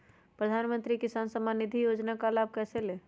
प्रधानमंत्री किसान समान निधि योजना का लाभ कैसे ले?